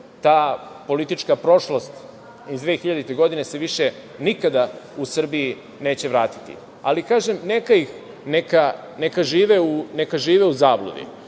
Ta politička prošlost iz 2000. godine se više nikada u Srbiji neće vratiti. Ali, kažem, neka ih neka žive u zabludi.